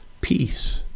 peace